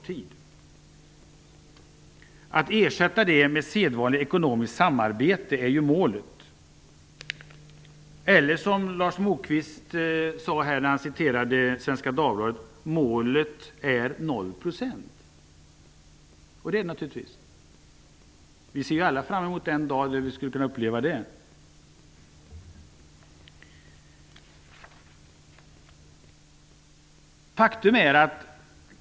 Målet är att ersätta biståndet med sedvanligt ekonomiskt samarbete. Målet är naturligtvis att biståndet skall vara 0 %, som Lars Moquist sade när han läste ett citat ur Svenska Dagbladet. Vi ser alla fram emot den dag då det skulle kunna vara så.